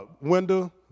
Wendell